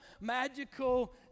magical